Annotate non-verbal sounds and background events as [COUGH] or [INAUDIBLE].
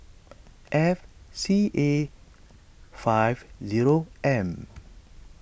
F C A five zero M [NOISE]